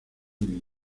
lee